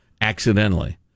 Accidentally